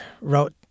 wrote